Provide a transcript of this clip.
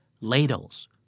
Ladles